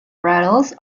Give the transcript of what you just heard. rattles